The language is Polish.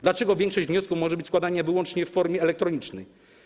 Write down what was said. Dlaczego większość wniosków może być składana wyłącznie w formie elektronicznej?